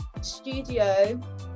Studio